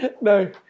no